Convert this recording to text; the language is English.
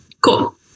Cool